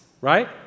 right